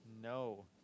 No